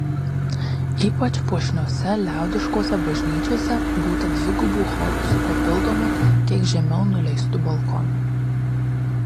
ypač puošniose liaudiškose bažnyčiose būta dvigubų chorų su papildomu kiek žemiau nuleistu balkonu